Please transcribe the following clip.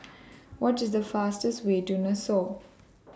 What IS The fastest Way to Nassau